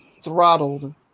Throttled